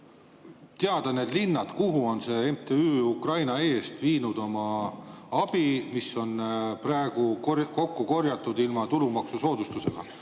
teada need linnad, kuhu see MTÜ Ukraina Eest on viinud oma abi, mis on kokku korjatud ilma tulumaksusoodustuseta